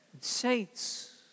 saints